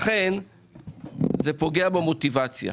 לכן זה פוגע במוטיבציה.